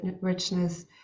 richness